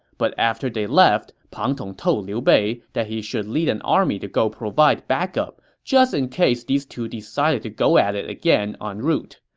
but after they left, pang tong told liu bei that he should lead an army to go provide backup, just in case these two decided to go at it again en route.